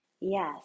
yes